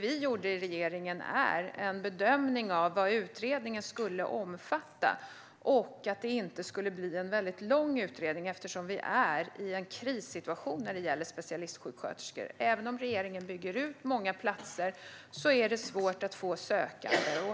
I regeringen gjorde vi en bedömning av vad utredningen skulle omfatta, och vi ville inte att det skulle bli en väldigt lång utredning eftersom vi är i en krissituation när det gäller specialistsjuksköterskor. Även om regeringen bygger ut antalet platser är det svårt att få sökande.